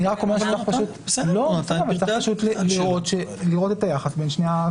צריך לראות את היחס בין שני הדברים.